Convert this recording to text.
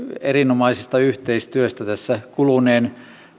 erinomaisesta yhteistyöstä tässä kuluneen